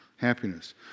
happiness